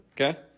okay